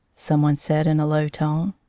someone said in a low tone.